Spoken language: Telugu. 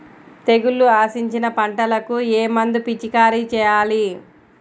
తెగుళ్లు ఆశించిన పంటలకు ఏ మందు పిచికారీ చేయాలి?